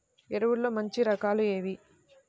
ఎరువుల్లో మంచి రకాలు ఏవి?